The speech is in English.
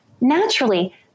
naturally